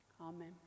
amen